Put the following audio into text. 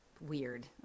weird